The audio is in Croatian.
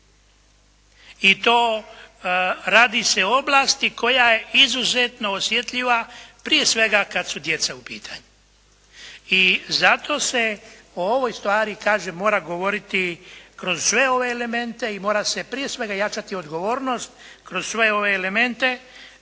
I to radi se o oblasti koja je izuzetno osjetljiva, prije svega, kad su djeca u pitanju i zato se o ovoj stvari, kažem, mora govoriti kroz sve ove elemente i mora se, prije svega, jačati odgovornost kroz sve ove elemente